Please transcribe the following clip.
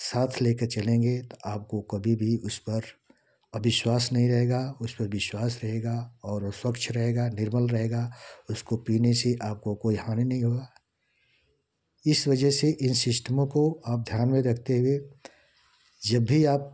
साथ ले कर चलेंगे तो आपको कभी भी उस पर अविश्वास नहीं रहगा उस पर विश्वास रहेगा और वह स्वच्छ रहेगा निर्मल रहेगा उसको पीने से आपको कोई हानी नहीं होगा इस वजह से इन सिस्टमों को आप ध्यान में रखते हुए जब भी आप